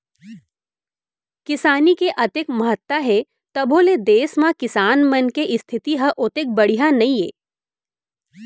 किसानी के अतेक महत्ता हे तभो ले देस म किसान मन के इस्थिति ह ओतेक बड़िहा नइये